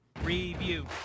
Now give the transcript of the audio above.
Review